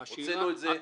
הוצאנו את זה.